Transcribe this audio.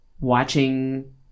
watching